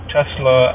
Tesla